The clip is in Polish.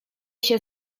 się